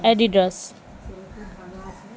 Adidas